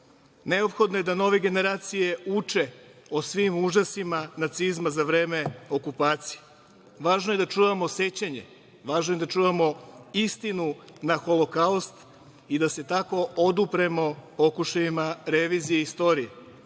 Neophodno je da nove generacije uče o svim užasima nacizma za vreme okupacije. Važno je da čujemo sećanje, važno je da čujemo istinu na holokaust i da se tako odupremo pokušajima revizije istorije. Srbija